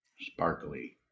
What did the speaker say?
sparkly